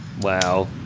Wow